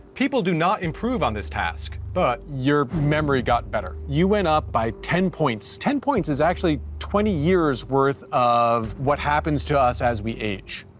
people do not improve on this task. but your memory got better. you went up by ten points. ten points is actually twenty years worth of what happens to us as we age.